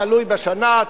תלוי בשנה,